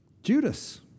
Judas